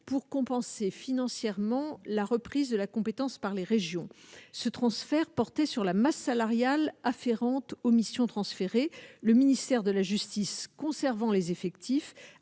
pour compenser financièrement la reprise de la compétence, par les régions, ce transfert, porter sur la masse salariale afférentes aux missions transférées le ministère de la justice, conservant les effectifs